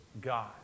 God